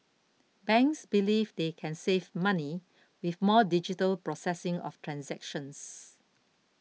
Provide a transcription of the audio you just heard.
banks believe they can save money with more digital processing of transactions